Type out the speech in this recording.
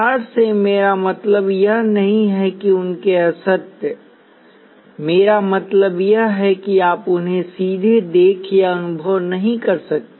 सार से मेरा मतलब यह नहीं है कि उनके असत्य मेरा मतलब यह है कि आप उन्हें सीधे देख या अनुभव नहीं कर सकते